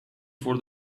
for